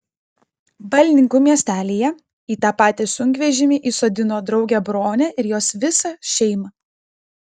balninkų miestelyje į tą patį sunkvežimį įsodino draugę bronę ir jos visą šeimą